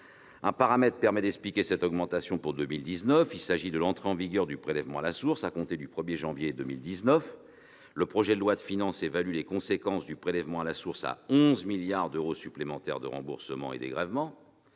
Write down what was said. Un paramètre permet d'expliquer cette augmentation pour 2019 : l'entrée en vigueur du prélèvement à la source à compter du 1 janvier 2019. Le projet de loi de finances évalue les conséquences du prélèvement à la source à 11 milliards d'euros supplémentaires de remboursements et dégrèvements,